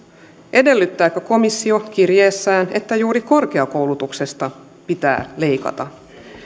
edellyttääkö komissio kirjeessään että juuri korkeakoulutuksesta pitää leikata